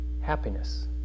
happiness